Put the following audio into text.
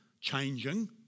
changing